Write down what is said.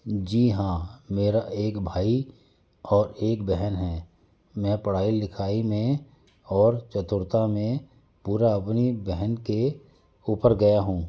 जी हाँ मेरा एक भाई और एक बहन है मैं पढ़ाई लिखाई में और चतुरता में पूरा अपनी बहन के ऊपर गया हूँ